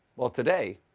well, today,